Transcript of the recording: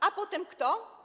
A potem kto?